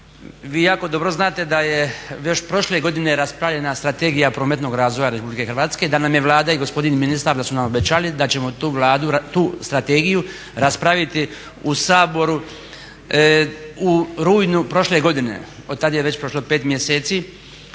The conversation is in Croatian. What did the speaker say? vi jako dobro znate da je još prošle godine raspravljena Strategija prometnog razvoja RH, da nam je Vlada i gospodin ministar da su nam obećali da će mu tu strategiju raspraviti u Saboru u rujnu prošle godine od tada je već prošlo pet mjeseci,